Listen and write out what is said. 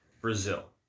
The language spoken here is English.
Brazil